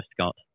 Scott